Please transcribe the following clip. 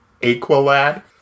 Aqualad